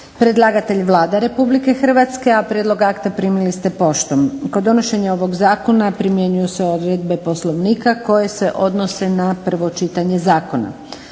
Predlagatelj Vlada Republike Hrvatske. Prijedlog akta primili ste poštom. Kod donošenja ovog zakona primjenjuju se odredbe Poslovnika koje se odnose na prvo čitanje zakona.